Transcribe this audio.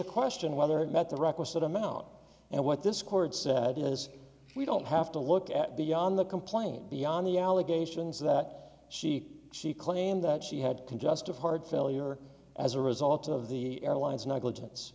a question whether it met the requisite amount and what this court said is we don't have to look at beyond the complaint beyond the allegations that she she claimed that she had congestive heart failure as a result of the airline's negligence